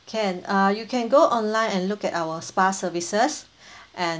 can uh you can go online and look at our spa services and